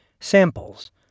samples